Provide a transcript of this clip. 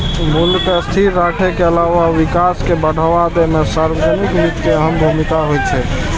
मूल्य कें स्थिर राखै के अलावा विकास कें बढ़ावा दै मे सार्वजनिक वित्त के अहम भूमिका होइ छै